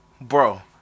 bro